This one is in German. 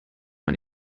man